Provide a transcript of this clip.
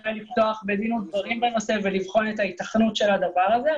לפתוח בידן ודברים בנושא ולבחון את ההיתכנות של הדבר הזה.